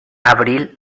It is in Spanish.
abril